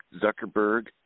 Zuckerberg